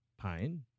pain